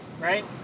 Right